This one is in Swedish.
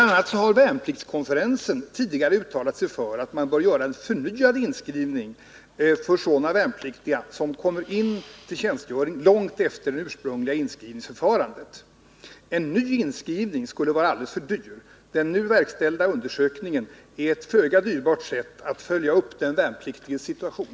a. har värnpliktskonferensen tidigare uttalat sig för att man skall göra en förnyad inskrivning för sådana värnpliktiga som kommer in till tjänstgöring långt efter det ursprungliga inskrivningsförfarandet. En ny inskrivning skulle vara alldeles för dyr. Den nu verkställda undersökningen är ett föga dyrbart sätt att följa upp den värnpliktiges situation.